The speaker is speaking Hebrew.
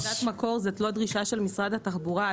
תעודת מקור זו לא דרישה של משרד התחבורה.